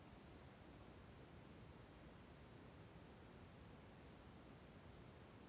ರಸಗೊಬ್ಬರ ತಂತ್ರಜ್ಞಾನವು ಹೇಗೆ ಬೆಳೆಗಳ ಪೋಷಕಾಂಶದ ಅಗತ್ಯಗಳನ್ನು ನಿರ್ಧರಿಸುತ್ತದೆ?